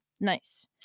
Nice